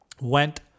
went